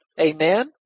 Amen